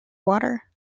water